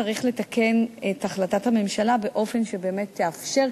צריך לתקן את החלטת הממשלה באופן שבאמת תאפשר,